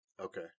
Okay